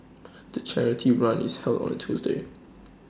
the charity run is held on A Tuesday